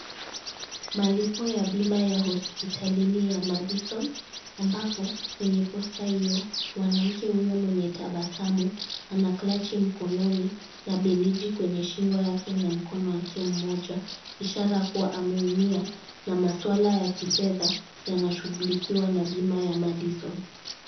Malipo ya bima ya hospitalini ya Madison, ambapo kwenye posta hiyo mwanamke huyo mwenye tabasamu ana clachi mkononi na bendeji kwenye shingo yake na mkono wake moja ishara kuwa ameumia na maswala ya kifedha yanashughulikiwa na bima ya Madison.